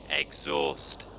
exhaust